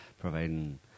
providing